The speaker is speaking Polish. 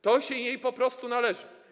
To się jej po prostu należy.